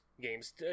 games